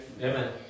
amen